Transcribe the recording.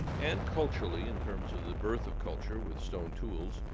and culturally in terms of the birth of culture with stone tools,